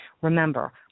Remember